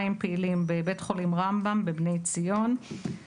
פעילים בבית חולים רמב"ם ובבני ציון,